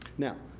now,